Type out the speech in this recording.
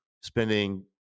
spending